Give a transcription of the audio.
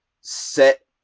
set